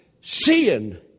seeing